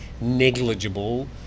negligible